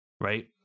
right